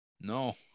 No